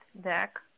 deck